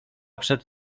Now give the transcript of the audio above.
przed